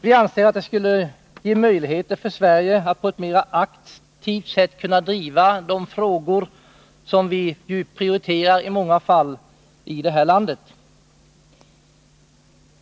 Vi anser att det skulle ge Sverige möjlighet att på ett mer aktivt sätt än nu driva de frågor som vi i många fall prioriterar i det här landet.